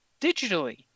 digitally